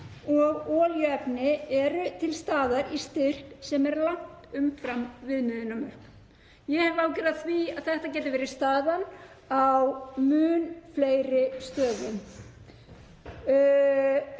og olíuefni eru til staðar í styrk sem er langt umfram viðmiðunarmörk. Ég hef áhyggjur af því að þetta geti verið staðan á mun fleiri stöðum.